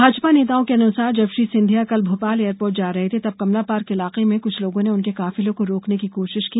भाजपा नेताओं के अनुसार जब श्री सिंधिया कल भोपाल एयरपोर्ट जा रहे थे तब कमला पार्क इलाके में कुछ लोगों ने उनके काफिले को रोकने की कोशिश की